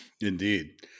Indeed